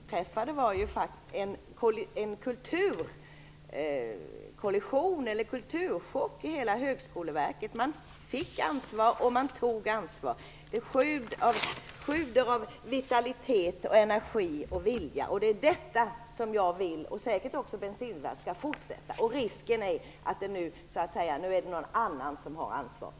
Herr talman! Vad som inträffade var ju en kulturkollision eller en kulturchock i hela Högskoleverket. Man fick ansvar och man tog ansvar. Det sjuder av vitalitet, energi och vilja, och det är detta som jag - och säkert också Bengt Silfverstrand - vill skall fortsätta. Risken är att det nu igen blir någon annan som har ansvar.